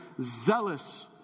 zealous